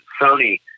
Sony